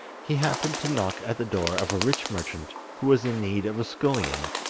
he happened to knock at the door of a rich merchant who was in need of a scullion,